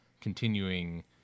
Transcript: continuing